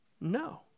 No